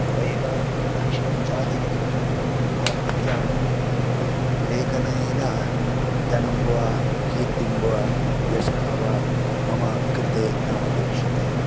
अत एव लक्ष्यं साधयितुम् अहम् इच्छामि किन्तु लेखनेन धनं वा कीर्तिं वा यशः वा मम कृते नापेक्ष्यते